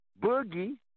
Boogie